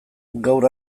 gaur